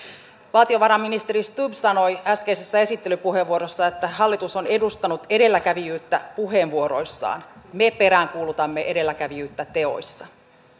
valtiovarainministeri stubb sanoi äskeisessä esittelypuheenvuorossaan että hallitus on edistänyt edelläkävijyyttä puheenvuoroissaan me peräänkuulutamme edelläkävijyyttä teoissa